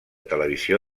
televisió